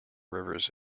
rivers